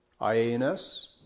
I-A-N-S